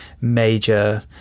major